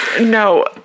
no